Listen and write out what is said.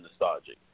nostalgic